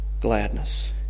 Gladness